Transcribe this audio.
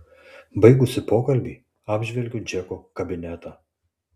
baigusi pokalbį apžvelgiu džeko kabinetą